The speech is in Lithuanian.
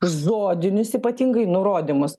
žodinius ypatingai nurodymus